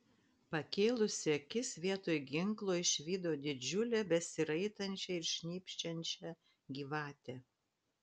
pakėlusi akis vietoj ginklo išvydo didžiulę besiraitančią ir šnypščiančią gyvatę